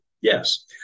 Yes